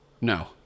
No